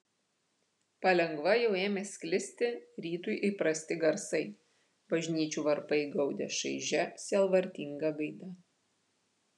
palengva jau ėmė sklisti rytui įprasti garsai bažnyčių varpai gaudė šaižia sielvartinga gaida